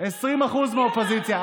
20% מהאופוזיציה.